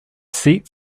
seat